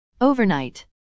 Overnight